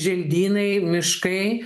želdynai miškai